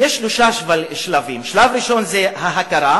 יש שלושה שלבים: שלב ראשון זה ההכרה,